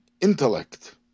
intellect